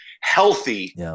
healthy